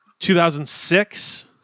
2006